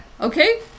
Okay